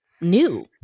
new